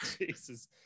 Jesus